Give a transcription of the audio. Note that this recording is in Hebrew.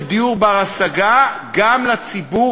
אותו.